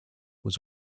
was